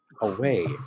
away